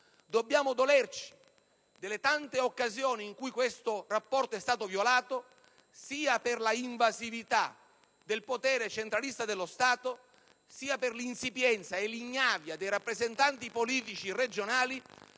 Dobbiamo dolerci delle tante occasioni in cui questo rapporto è stato violato, sia per l'invasività del potere centralista dello Stato, sia per l'insipienza e l'ignavia dei rappresentanti politici regionali,